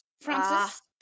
Francis